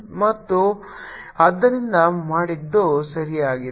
ಮತ್ತು ಆದ್ದರಿಂದ ಮಾಡಿದ್ದು ಸರಿಯಾಗಿದೆ